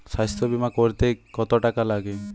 স্বাস্থ্যবীমা করতে কত টাকা লাগে?